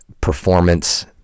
performance